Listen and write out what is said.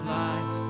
life